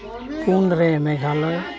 ᱯᱩᱱ ᱨᱮ ᱢᱮᱜᱷᱟᱞᱚᱭ